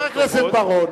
חבר הכנסת בר-און,